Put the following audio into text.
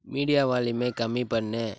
media வால்யூமை கம்மி பண்ணு